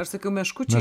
aš sakiau meškučiai